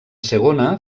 segona